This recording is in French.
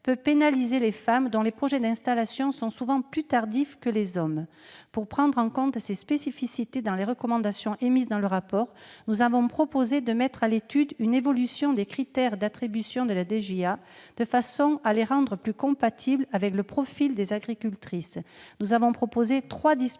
peut pénaliser les femmes, dont les projets d'installation sont souvent plus tardifs que ceux des hommes. Pour prendre en compte ces spécificités, conformément aux recommandations du rapport, nous avons proposé de mettre à l'étude une évolution des critères d'attribution de la DJA, de façon à les rendre plus compatibles avec le profil des agricultrices. Nous avons ainsi proposé trois dispositions